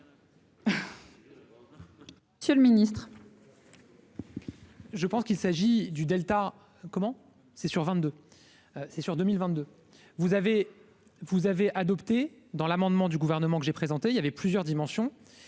Monsieur le Ministre.